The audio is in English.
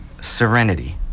serenity